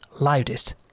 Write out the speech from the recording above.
loudest